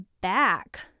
back